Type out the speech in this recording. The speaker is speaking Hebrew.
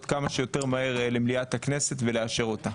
כמה שיותר מהר למליאת הכנסת ולאשר אותה.